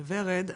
לורד,